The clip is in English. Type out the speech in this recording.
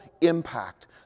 impact